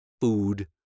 food